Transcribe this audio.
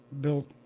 built